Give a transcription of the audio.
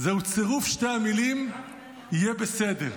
זהו צירוף שתי המילים 'יהיה בסדר'.